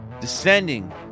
Descending